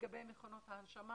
לגבי מכונות ההנשמה